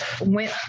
went